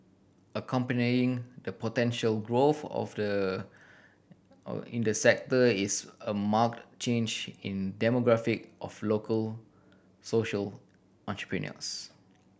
accompanying the potential growth of the in the sector is a marked change in demographic of local social entrepreneurs